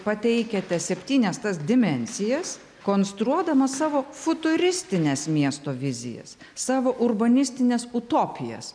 pateikiate septynias tas dimensijas konstruodamas savo futuristines miesto vizijas savo urbanistines utopijas